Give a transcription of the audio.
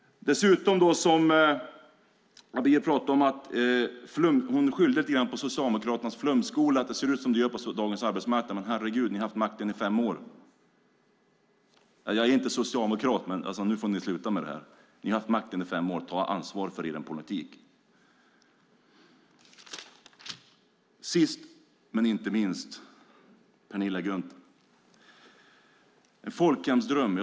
Dessutom skyllde Abir lite grann Socialdemokraternas flumskola för att det ser ut som det gör på dagens arbetsmarknad. Men, herregud, ni har haft makten i fem år! Jag är inte socialdemokrat, men nu får ni sluta med det här. Ni har haft makten i fem år, ta ansvar för er politik! Sist, men inte minst, pratade Penilla Gunther om en folkhemsdröm.